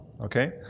Okay